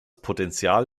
potenzial